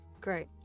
Great